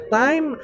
time